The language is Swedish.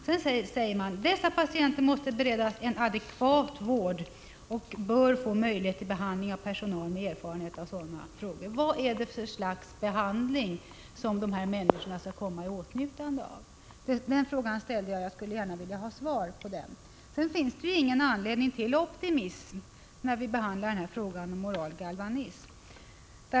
Sedan säger man: ”Dessa patienter måste beredas en adekvat vård och bör få möjlighet till behandling av personal med erfarenhet av sådana frågor.” Vad är det för slags behandling som de här människorna skall komma i åtnjutande av? Den frågan ställde jag, och jag skulle gärna vilja ha svar på den. Det finns ingen anledning till optimism i fråga om oral galvanism.